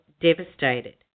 devastated